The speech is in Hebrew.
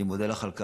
אני מודה לך על כך.